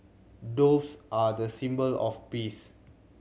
doves are the symbol of peace